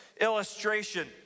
illustration